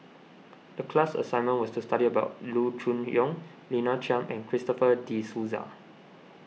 the class assignment was to study about Loo Choon Yong Lina Chiam and Christopher De Souza